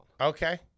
Okay